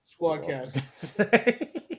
Squadcast